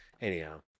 anyhow